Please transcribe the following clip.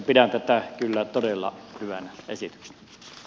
pidän tätä kyllä todella hyvänä esityksenä